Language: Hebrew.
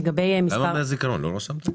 למה מהזיכרון, לא רשמתם?